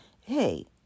Hey